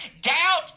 doubt